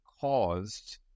caused